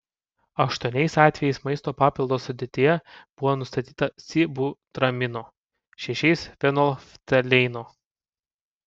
aštuoniais atvejais maisto papildo sudėtyje buvo nustatyta sibutramino šešiais fenolftaleino